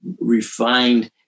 refined